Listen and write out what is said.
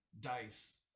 dice